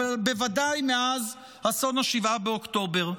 בוודאי מאז אסון 7 באוקטובר.